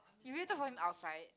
you waited for him outside